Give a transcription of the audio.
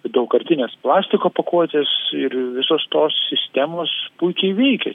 daugkartinės plastiko pakuotės ir visos tos sistemos puikiai veikia